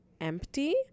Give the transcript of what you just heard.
empty